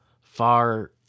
far